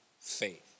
faith